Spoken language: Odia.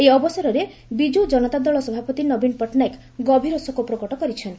ଏହି ଅବସରରେ ବିଜୁ ଜନତା ଦଳ ସଭାପତି ନବୀନ ପଟ୍ଟନାୟକ ଗଭୀର ଶୋକ ପ୍ରକଟ କରିଛନ୍ତି